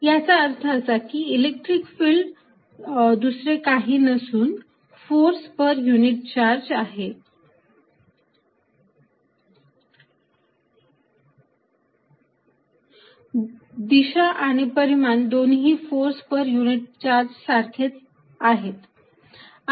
FqE याचा अर्थ असा की इलेक्ट्रिक फिल्ड दुसरे काही नसून फोर्स पर युनिट चार्ज आहे दिशा आणि परिमाण दोन्ही फॉर्स पर युनिट चार्ज सारखेच आहेत